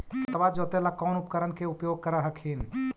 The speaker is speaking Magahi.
खेतबा जोते ला कौन उपकरण के उपयोग कर हखिन?